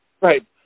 Right